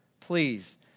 Please